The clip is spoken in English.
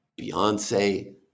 Beyonce